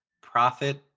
profit